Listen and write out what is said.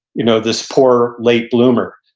you know this poor late bloomer.